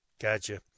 Gotcha